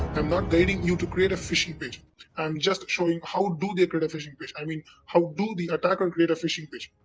um not guiding you to create a phishing page i'm, just showing how do they create a phishing page? i mean how do the attacker create a phishing page.